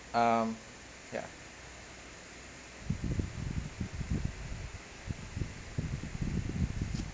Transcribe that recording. um yeah